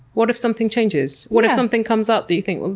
what if something changes? what if something comes up that you think, well,